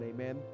Amen